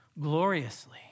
gloriously